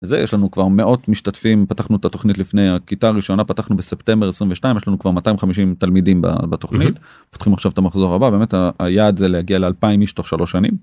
זה יש לנו כבר מאות משתתפים פתחנו את התוכנית לפני הכיתה הראשונה פתחנו בספטמבר 22 יש לנו כבר 250 תלמידים בתוכנית פותחים עכשיו את המחזור הבא באמת היעד זה להגיע לאלפיים איש תוך שלוש שנים.